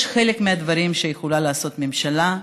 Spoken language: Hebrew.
חלק מהדברים יכולה לעשות ממשלה,